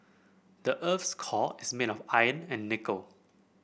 the earth's core is made of iron and nickel